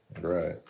Right